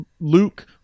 Luke